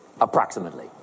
approximately